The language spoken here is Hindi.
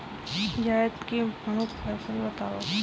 जायद की प्रमुख फसल बताओ